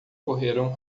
correram